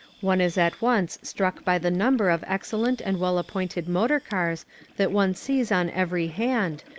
one is at once struck by the number of excellent and well-appointed motor cars that one sees on every hand,